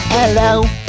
Hello